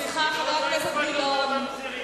סליחה, חבר הכנסת גילאון.